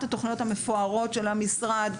זאת אחת התוכניות המפוארות של המשרד.